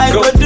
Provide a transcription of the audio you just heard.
go